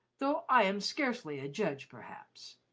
though i am scarcely a judge, perhaps.